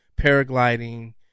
paragliding